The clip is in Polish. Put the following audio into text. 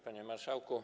Panie Marszałku!